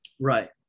Right